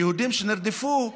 היהודים שנרדפו,